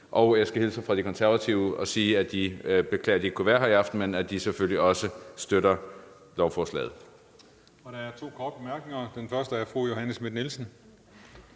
jeg skal hilse fra De Konservative og sige, at de beklager, at de ikke kan være her i aften, men at de selvfølgelig også støtter lovforslaget.